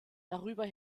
darüber